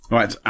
Right